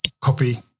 copy